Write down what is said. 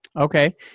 Okay